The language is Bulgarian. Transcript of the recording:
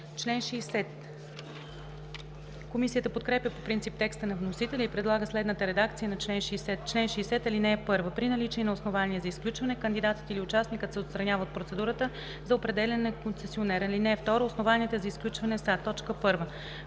възлагане.“ Комисията подкрепя по принцип текста на вносителя и предлага следната редакция на чл. 60: „Чл. 60. (1) При наличие на основание за изключване кандидатът или участникът се отстранява от процедурата за определяне на концесионер. (2) Основанията за изключване са: 1.